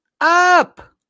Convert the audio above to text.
Up